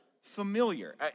familiar